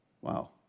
Wow